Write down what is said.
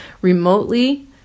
remotely